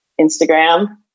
instagram